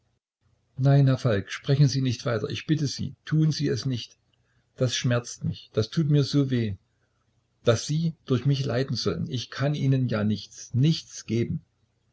nein herr falk sprechen sie nicht weiter ich bitte sie tun sie es nicht das schmerzt mich das tut mir so weh daß sie durch mich leiden sollen ich kann ihnen ja nichts nichts geben